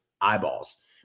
eyeballs